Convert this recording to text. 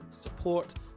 support